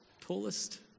Tallest